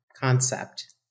concept